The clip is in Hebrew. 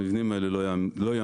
המבנים האלה לא יעמדו.